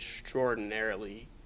extraordinarily